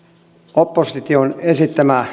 opposition esittämä